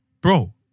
Bro